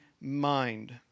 mind